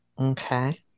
okay